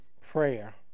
prayer